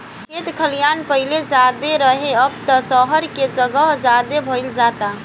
खेत खलिहान पाहिले ज्यादे रहे, अब त सहर के जगह ज्यादे भईल जाता